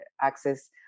access